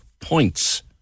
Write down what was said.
points